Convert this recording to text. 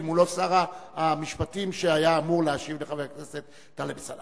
אם הוא לא שר המשפטים שהיה אמור להשיב לחבר הכנסת טלב אלסאנע.